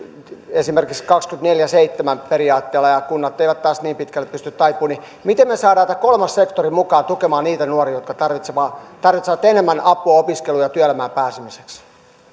esimerkiksi kaksikymmentäneljä kautta seitsemän periaatteella ja kunnat eivät taas niin pitkälle pysty taipumaan miten me saamme tämän kolmannen sektorin mukaan tukemaan niitä nuoria jotka tarvitsevat enemmän apua opiskeluun ja työelämään pääsemiseksi